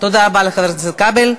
תודה רבה לחבר הכנסת כבל.